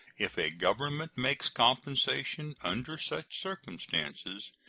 if a government makes compensation under such circumstances,